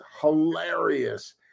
hilarious